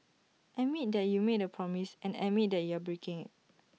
admit that you made A promise and admit that you are breaking IT